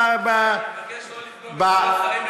אני מבקש שלא לפגוע בשרים,